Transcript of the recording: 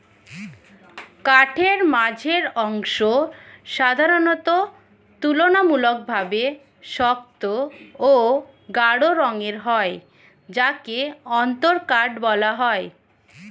কাঠের মাঝের অংশ সাধারণত তুলনামূলকভাবে শক্ত ও গাঢ় রঙের হয় যাকে অন্তরকাঠ বলা হয়